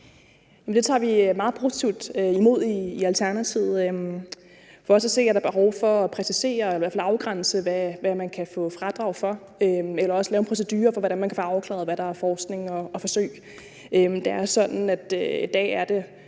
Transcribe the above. Det tager vi meget positivt imod i Alternativet. For os at se er der behov for at præcisere eller afgrænse, hvad man kan få fradrag for, eller også lave en procedure for, hvordan man kan få afklaret, hvad der er forskning og forsøg. Det er sådan, at i dag er det